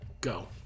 go